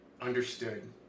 understood